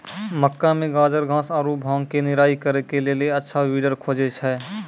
मक्का मे गाजरघास आरु भांग के निराई करे के लेली अच्छा वीडर खोजे छैय?